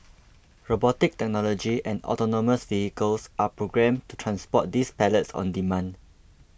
robotic technology and autonomous vehicles are programmed to transport these pallets on demand